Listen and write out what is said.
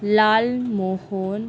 লাল মোহন